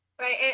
Right